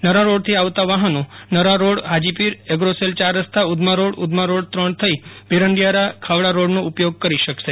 નરા રોડથી આવતા વાહનો નરા રોડ હાજીપીર એગ્રોસેલ યાર રસ્તા ઉઘમા રોડ ઉઘમા ત્રણ થઇ ભીરંડીયારા થઇ ખાવડા રોડનો ઉપયોગ કરી શકાશે